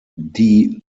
die